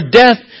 death